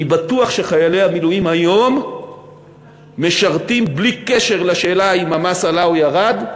אני בטוח שחיילי המילואים היום משרתים בלי קשר לשאלה אם המס עלה או ירד,